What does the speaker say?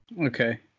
Okay